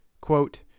Quote